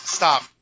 stop